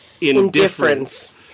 indifference